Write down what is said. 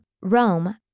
Rome